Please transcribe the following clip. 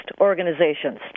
organizations